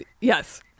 Yes